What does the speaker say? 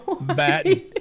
batting